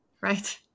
Right